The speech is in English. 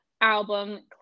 album